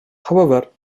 however